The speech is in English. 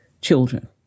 children